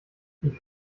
die